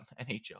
NHL